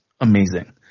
amazing